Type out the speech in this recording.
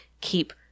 keep